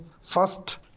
first